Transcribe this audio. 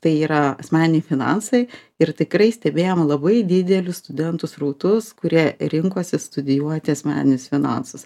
tai yra asmeniniai finansai ir tikrai stebėjom labai didelius studentų srautus kurie rinkosi studijuoti asmeninius finansus